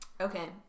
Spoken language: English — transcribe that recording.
Okay